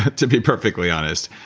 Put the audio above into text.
to be perfectly honest.